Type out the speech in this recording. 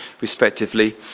respectively